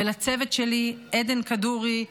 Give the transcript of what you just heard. לצוות שלי: עדן כדורי,